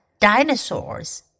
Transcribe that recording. dinosaurs